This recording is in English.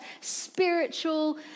spiritual